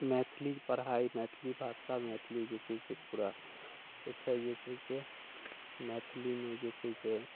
मैथिली पढ़ाइ मैथिली भाषा मैथिली जे छै से पूरा जे छै से मैथिलीमे जे छै से